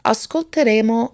Ascolteremo